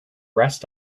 rest